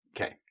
Okay